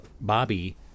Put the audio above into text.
Bobby